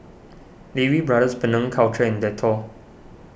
Lee Wee Brothers Penang Culture and Dettol